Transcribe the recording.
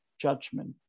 judgment